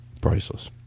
priceless